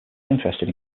interested